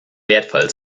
wertvoll